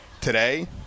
today